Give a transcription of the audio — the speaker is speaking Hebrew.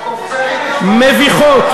יעקב פרי,